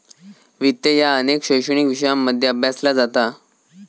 वित्त ह्या अनेक शैक्षणिक विषयांमध्ये अभ्यासला जाता